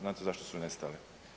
Znate zašto su nestale?